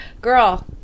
girl